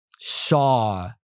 saw